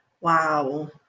Wow